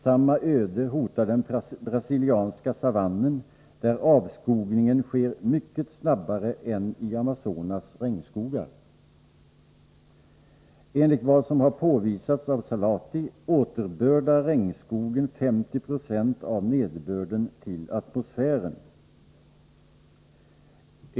Samma öde hotar den brasilianska savannen, där avskogningen sker mycket snabbare än i Amazonas regnskogar. Enligt vad som har påvisats av Salati återbördar regnskogen 50 96 av nederbörden till atmosfären.